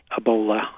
Ebola